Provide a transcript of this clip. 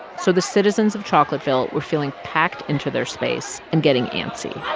so the citizens of chocolateville were feeling packed into their space and getting antsy.